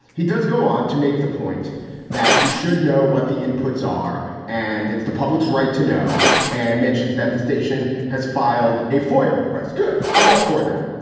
he does go on to make the point that we should know what the inputs are and it's the public's right to know and mentions that the station has filed a foi request. good. i'm all for that.